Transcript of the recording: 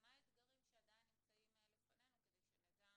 ומה הם האתגרים שעדיין נמצאים לפנינו כדי שנדע